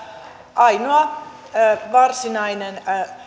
ainoa varsinainen